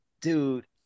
Dude